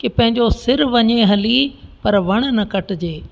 की पंहिंजो सिरु वञे हली पर वणु न कटिजे